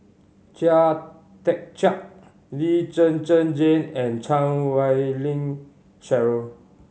Chia Tee Chiak Lee Zhen Zhen Jane and Chan Wei Ling Cheryl